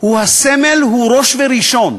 הוא הסמל, הוא ראש וראשון.